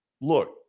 look